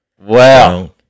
Wow